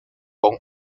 con